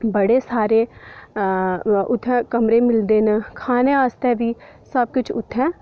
बड़े सारे उत्थै कमरे मिलदे न खाने आस्तै बी सब किश उत्थै